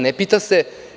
Ne pita se.